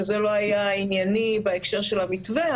שזה לא היה ענייני בהקשר של המתווה,